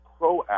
proactive